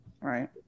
Right